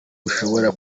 ushobora